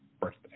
birthday